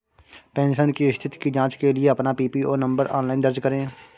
pension की स्थिति की जांच के लिए अपना पीपीओ नंबर ऑनलाइन दर्ज करें